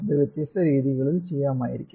അത് വ്യത്യസ്ത രീതികളിൽ ചെയ്യാമായിരിക്കും